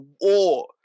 war